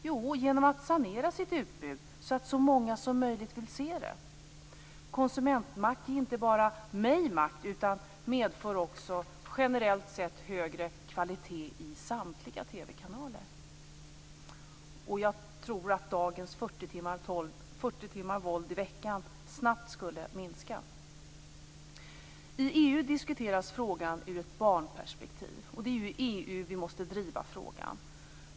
Jo, genom att sanera utbudet, så att så många som möjligt vill se det. Konsumentmakt ger inte bara mig makt, utan medför också generellt sett högre kvalitet i samtliga TV-kanaler. Jag tror att dagens 40 timmar våld i veckan snabbt skulle minska. I EU diskuteras frågan ur ett barnperspektiv. Och det är ju i EU vi måste driva frågan.